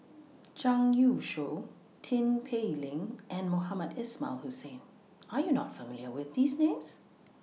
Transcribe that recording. Zhang Youshuo Tin Pei Ling and Mohamed Ismail Hussain Are YOU not familiar with These Names